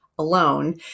alone